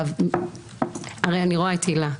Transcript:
אני רואה את הילה,